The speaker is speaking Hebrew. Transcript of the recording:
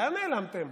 לאן נעלמתם?